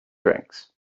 drinks